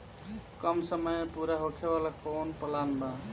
कम समय में पूरा होखे वाला कवन प्लान बा?